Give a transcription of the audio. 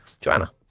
Joanna